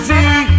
See